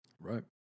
Right